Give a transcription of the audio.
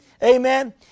Amen